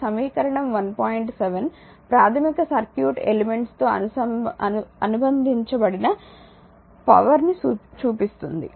7 ప్రాథమిక circuit elements తో అనుబంధించబడిన పవర్ ని చూపిస్తుంది